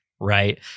right